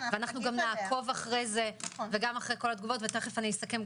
אנחנו גם נעקוב אחרי זה ואחרי התגובות וכדומה.